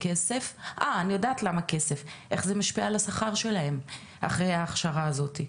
איך זה משפיע על השכר שלהם אחרי ההכשרה הזאתי.